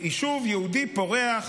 יישוב יהודי פורח